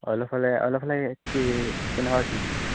অইলৰফালে অইলৰফালে কি কেনেকুৱা কি